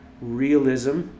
realism